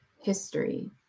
History